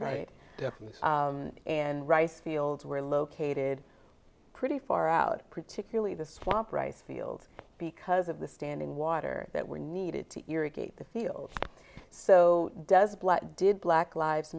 right and rice fields were located pretty far out particularly the swamp rice field because of the standing water that were needed to irrigate the fields so does black did black live